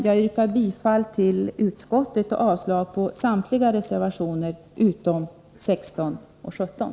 Jag yrkar bifall till utskottets hemställan och avslag på samtliga reservationer utom reservationerna 16 och 17.